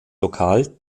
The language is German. lokal